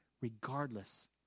regardless